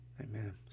Amen